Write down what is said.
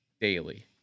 daily